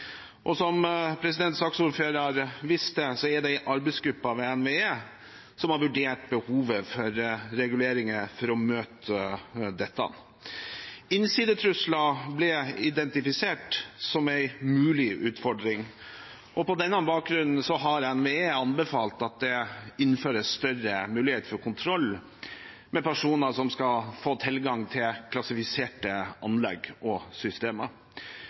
Som saksordføreren viste til, er det en arbeidsgruppe ved NVE som har vurdert behovet for reguleringer for å møte dette. Innsidetrusler ble identifisert som en mulig utfordring. På denne bakgrunnen har NVE anbefalt at det innføres større mulighet for kontroll med personer som skal få tilgang til klassifiserte anlegg og systemer.